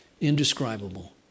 indescribable